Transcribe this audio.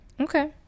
okay